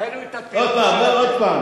ראינו את הפירוק, עוד פעם, עוד פעם.